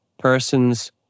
Persons